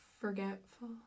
Forgetful